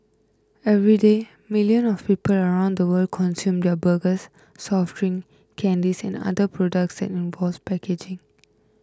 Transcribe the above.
everyday millions of people around the world consume their burgers soft drinks candies and other products that involve packaging